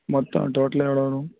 மொத்தம் டோட்டலாக எவ்வளோ வரும்